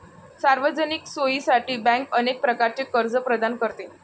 सार्वजनिक सोयीसाठी बँक अनेक प्रकारचे कर्ज प्रदान करते